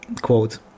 quote